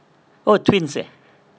oh twins eh